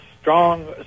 strong